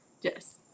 Yes